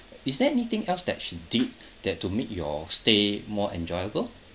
is there anything else that she did that to meet your stay more enjoyable